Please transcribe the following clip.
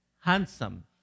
handsome